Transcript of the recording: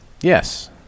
yes